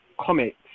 comics